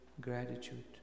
gratitude